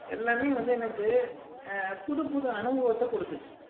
எல்லாமே வந்து எனக்கு புதுப்புது அனுபவத்தை கொடுத்துச்சு